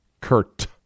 kurt